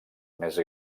més